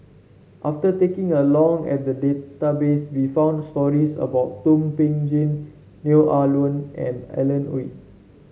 after taking a long at the database we found stories about Thum Ping Tjin Neo Ah Luan and Alan Oei